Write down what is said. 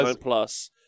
plus